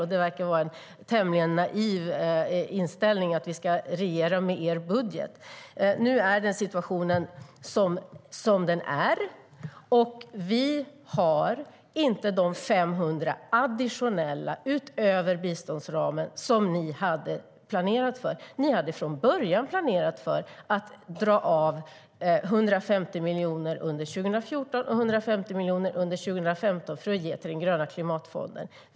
Det verkar vara en tämligen naiv inställning att vi ska regera med er budget. Nu är situationen som den är. Vi har inte de 500 additionella miljoner, utöver biståndsramen, som ni hade planerat för. Ni hade från början planerat att dra av 150 miljoner under 2014 och 150 miljoner under 2015 för att ge till den gröna klimatfonden.